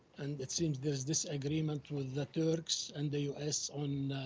and it seems there's disagreement with the turks and the u s. on